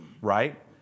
right